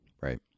Right